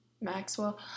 Maxwell